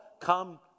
come